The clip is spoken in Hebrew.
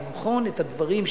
לבחון את הדברים,